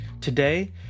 Today